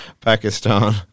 Pakistan